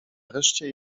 nareszcie